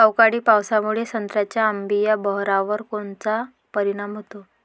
अवकाळी पावसामुळे संत्र्याच्या अंबीया बहारावर कोनचा परिणाम होतो?